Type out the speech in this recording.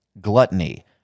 gluttony